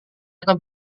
akan